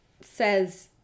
says